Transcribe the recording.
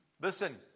Listen